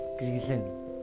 reason